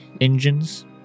engines